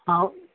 आव्